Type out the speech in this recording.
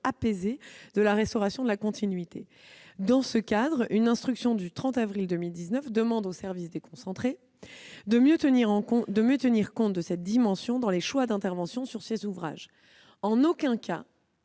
apaisée de la restauration de la continuité. Dans ce cadre, une instruction du 30 avril 2019 demande aux services déconcentrés de mieux tenir compte de cette dimension dans les choix d'intervention sur les ouvrages. En aucun cas